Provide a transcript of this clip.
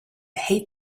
hate